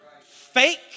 Fake